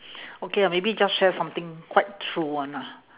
okay ah maybe just share something quite true one ah